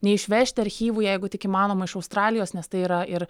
neišvežti archyvų jeigu tik įmanoma iš australijos nes tai yra ir